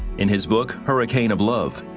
in his book hurricane of love,